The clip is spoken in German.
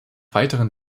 weiteren